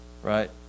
Right